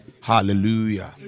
Hallelujah